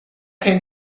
geen